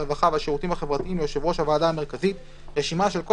הרווחה והשירותים החברתיים ליושב ראש הוועדה המרכזית רשימה של כל